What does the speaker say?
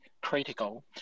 critical